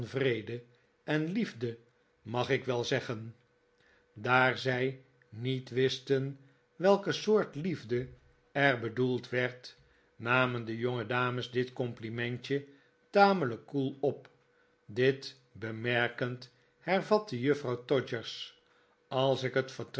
en liefde mag ik wel zeggen daar zij niet wisten welke sbort liefde er bedoeld werd namen de jongedames dit complimentje tamelijk koel op dit bemerkend hervatte juffrouw todgers als ik het